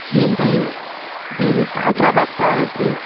جی میں جی Ayesha bus travel سے